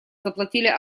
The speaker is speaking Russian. заплатили